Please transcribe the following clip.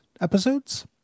episodes